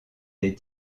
des